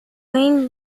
این